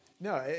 No